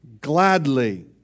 gladly